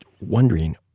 wondering